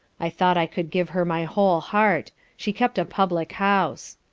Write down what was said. i thought i could give her my whole heart she kept a public-house.